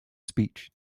speech